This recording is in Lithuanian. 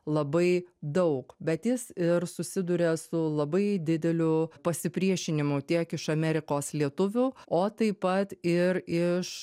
labai daug bet jis ir susiduria su labai dideliu pasipriešinimu tiek iš amerikos lietuvių o taip pat ir iš